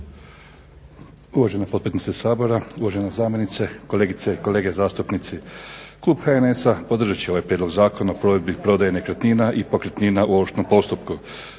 Uvažena potpredsjednice Sabora, uvažena zamjenice, kolegice i kolege zastupnici. Klub HNS-a podržat će ovaj prijedlog zakona o provedbi prodaje nekretnina i pokretnina u ovršnom postupku.